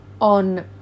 on